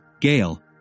Gail